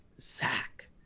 zach